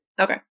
Okay